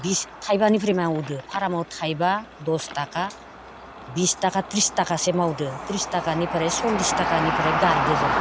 बिस थाइबानिफ्राय मावदो फारामाव थाइबा दस थाखा बिस थाखा थ्रिस थाखासे मावदो थ्रिस थाखानिफ्राय सल्लिस थाखानिफ्राय गारदों जों